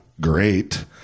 great